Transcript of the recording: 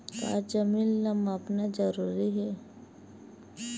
का जमीन ला मापना जरूरी हे?